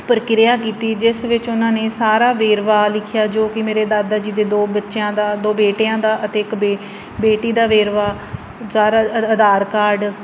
ਪ੍ਰਕਿਰਿਆ ਕੀਤੀ ਜਿਸ ਵਿੱਚ ਉਹਨਾਂ ਨੇ ਸਾਰਾ ਵੇਰਵਾ ਲਿਖਿਆ ਜੋ ਕਿ ਮੇਰੇ ਦਾਦਾ ਜੀ ਦੇ ਦੋ ਬੱਚਿਆਂ ਦਾ ਦੋ ਬੇਟਿਆਂ ਦਾ ਅਤੇ ਇੱਕ ਬੇ ਬੇਟੀ ਦਾ ਵੇਰਵਾ ਸਾਰਾ ਆਧਾਰ ਕਾਰਡ